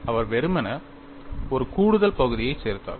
அவர் வெறுமனே ஒரு கூடுதல் பகுதியைச் சேர்த்தார்